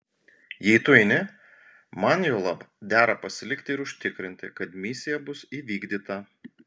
jei tu eini man juolab dera pasilikti ir užtikrinti kad misija bus įvykdyta